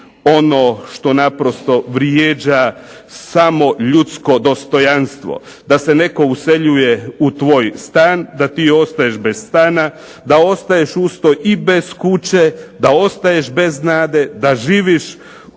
ono što naprosto vrijeđa samo ljudsko dostojanstvo, da se netko useljuje u tvoj stan, da ti ostaješ bez stana, da ostaješ uz to i bez kuće, da ostaješ bez nade, da živiš